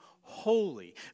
holy